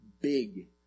big